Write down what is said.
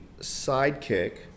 sidekick